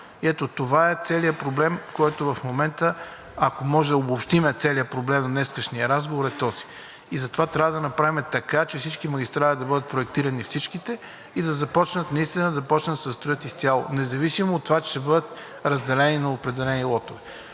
Ето това е целият проблем, който в момента, ако може да обобщим целия проблем в днешния разговор, е този. Затова трябва да направим така, че всички магистрали да бъдат проектирани, всичките. Наистина да започнат да се строят изцяло, независимо от това че ще бъдат разделени на определени лотове.